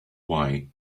why